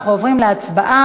אנחנו עוברים להצבעה.